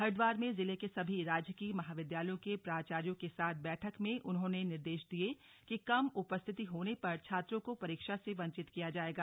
हरिद्वार में जिले के सभी राजकीय महाविद्यालयों के प्राचायों के साथ बैठक में उन्होंने निर्देश दिये कि कम उपस्थिति होने पर छात्रों को परीक्षा से वंचित किया जाएगा